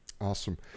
Awesome